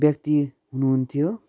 व्यक्ति हुनुहुन्थ्यो